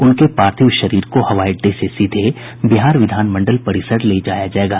उनके पार्थिव शरीर को हवाई अड्डे से सीधे बिहार विधान मंडल परिसर ले जाया जायेगा